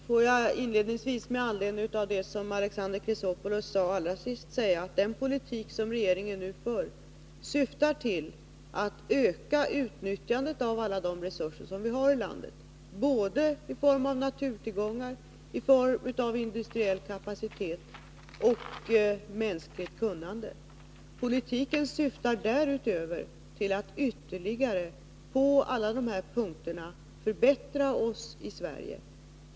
Fru talman! Den politik som regeringen nu för syftar till att öka utnyttjandet av alla de resurser som vi har i landet både i form av naturtillgångar, industriell kapacitet och mänskligt kunnande. Politiken syftar därutöver till att på alla dessa punkter ytterligare förbättra oss i Sverige.